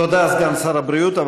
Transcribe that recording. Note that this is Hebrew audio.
סגן שר הבריאות.